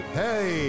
hey